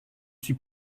suis